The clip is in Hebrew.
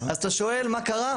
אז אתה שואל מה קרה?